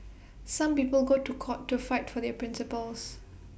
some people go to court to fight for their principles